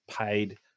paid